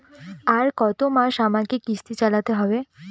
আর কতমাস আমাকে কিস্তি চালাতে হবে?